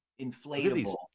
inflatable